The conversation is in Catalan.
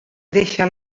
deixa